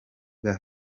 bwa